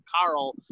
Carl